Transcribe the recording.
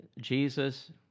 Jesus